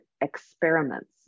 experiments